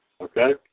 Okay